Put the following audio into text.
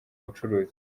bucuruzi